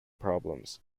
problems